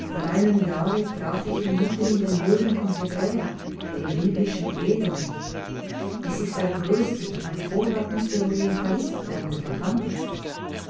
vor einem jahre traf ich ihn mitten in den höhlen von hebräa dem biblischen edom es ist der größte hervorragendste orientalist der mir bekannt ist